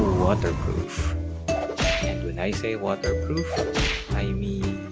water-proof and when i say water-proof i yeah mean.